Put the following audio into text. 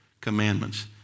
commandments